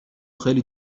خیلی